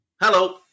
Hello